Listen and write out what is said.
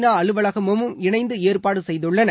நா அலுவலகமும் இணைந்து ஏற்பாடு செய்துள்ளனர்